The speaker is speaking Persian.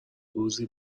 روزی